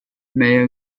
may